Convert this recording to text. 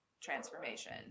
transformation